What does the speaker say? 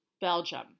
Belgium